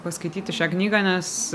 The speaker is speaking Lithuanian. paskaityti šią knygą nes